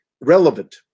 relevant